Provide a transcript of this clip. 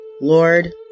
Lord